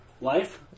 Life